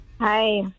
Hi